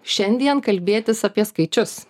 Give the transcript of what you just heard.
šiandien kalbėtis apie skaičius